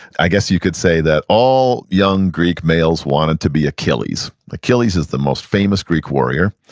i guess you could say that all young greek males wanted to be achilles. achilles is the most famous greek warrior,